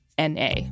NA